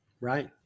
Right